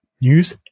news